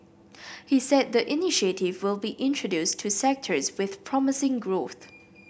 he said the initiative will be introduced to sectors with promising growth